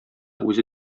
үзе